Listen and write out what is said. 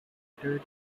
advocated